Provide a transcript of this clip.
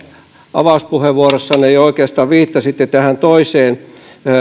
avauspuheenvuorossanne jo oikeastaan viittasitte tähän toiseen